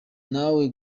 nawe